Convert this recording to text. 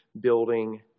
building